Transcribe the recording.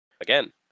Again